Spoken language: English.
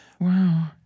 Wow